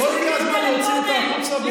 לא הגיע הזמן להוציא אותה החוצה,